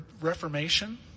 reformation